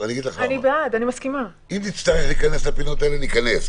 אם נצטרך, ניכנס.